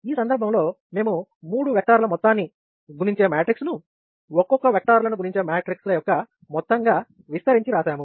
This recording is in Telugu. ఈ సందర్భంలో మేము మూడు వెక్టర్ల మొత్తాన్ని గుణించే మ్యాట్రిక్స్ ను ఒక్కొక్క వెక్టర్లను గుణించే మ్యాట్రిక్స్ ల యొక్క మొత్తంగా విస్తరించి రాసాము